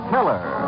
Killer